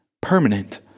permanent